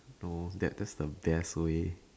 no that that's the best way